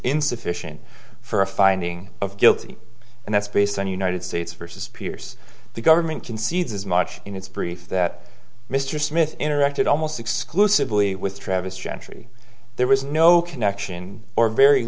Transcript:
insufficient for a finding of guilty and that's based on united states versus peers the government concedes as much in its brief that mr smith interacted almost exclusively with travis gentry there was no connection or very